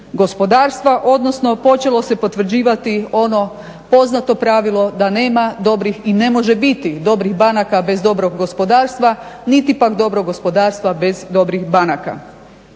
gospodarstva odnosno počelo se potvrđivati ono poznato pravilo da nema dobrih i ne može biti dobrih banaka bez dobrog gospodarstva niti pak dobrog gospodarstva bez dobrih banaka.